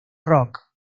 rock